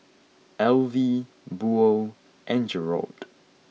Elvie Buell and Jerold